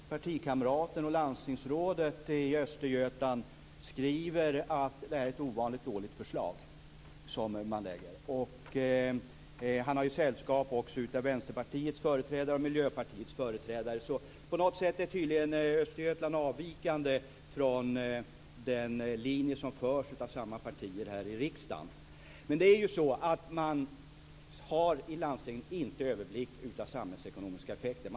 Fru talman! Det är väl därför som partikamraten och landstingsrådet i Östergötland skriver att det är ett ovanligt dåligt förslag som man lägger fram. Han har sällskap också av Vänsterpartiets och Miljöpartiets företrädare, så på något sätt är tydligen Östergötland avvikande från den linje som förs av samma partier här i riksdagen. Det är ju så att man i landstingen inte har överblick över samhällsekonomiska effekter.